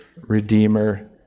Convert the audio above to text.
redeemer